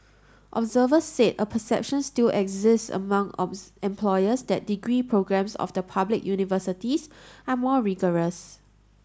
observers said a perception still exists among employers that degree programmes of the public universities are more rigorous